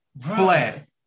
flat